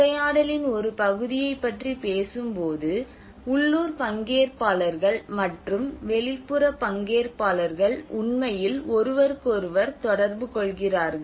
உரையாடலின் ஒரு பகுதியைப் பற்றி பேசும்போது உள்ளூர் பங்கேற்பாளர்கள் மற்றும் வெளிப்புற பங்கேற்பாளர்கள் உண்மையில் ஒருவருக்கொருவர் தொடர்பு கொள்கிறார்கள்